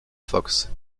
fox